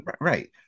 right